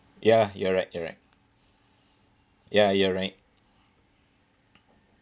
ya you're right you're right ya you're right